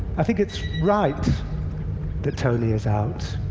i think it's right that tony is out.